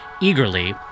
eagerly